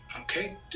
Okay